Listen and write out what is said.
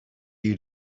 you